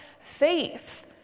faith